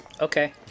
Okay